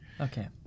Okay